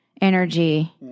energy